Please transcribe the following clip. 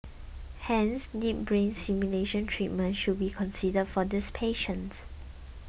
hence deep brain stimulation treatment should be considered for these patients